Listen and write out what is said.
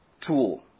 tool